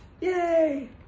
Yay